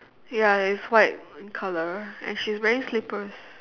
ya it's white in color and she is wearing slippers